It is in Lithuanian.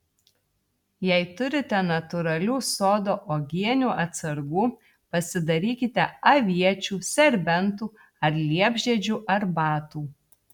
jei turite natūralių sodo uogienių atsargų pasidarykite aviečių serbentų ar liepžiedžių arbatų